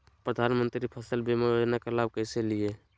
प्रधानमंत्री फसल बीमा योजना का लाभ कैसे लिये?